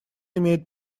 имеет